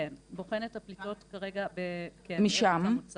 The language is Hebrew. כן, בוחן את הפליטות כרגע במדינות המוצא.